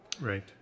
Right